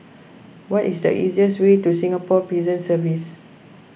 what is the easiest way to Singapore Prison Service